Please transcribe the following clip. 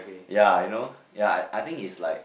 ya you know ya I I think it's like